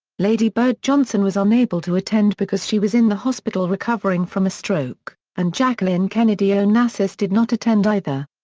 lady bird johnson was unable to attend because she was in the hospital recovering from a stroke, and jacqueline kennedy onassis did not attend either.